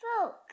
Folk